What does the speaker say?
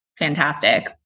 fantastic